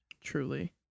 Truly